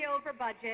over-budget